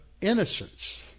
innocence